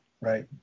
right